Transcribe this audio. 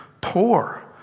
poor